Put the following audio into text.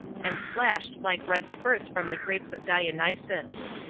and splashed like red spurts from the grapes of dionysus.